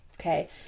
Okay